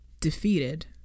defeated